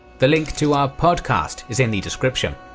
the link to our podcast is in the description!